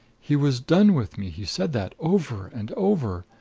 he was done with me he said that over and over.